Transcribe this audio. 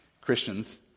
Christians